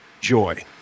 joy